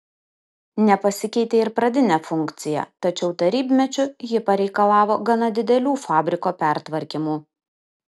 nepasikeitė ir pradinė funkcija tačiau tarybmečiu ji pareikalavo gana didelių fabriko pertvarkymų